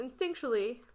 instinctually